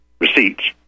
receipts